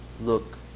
look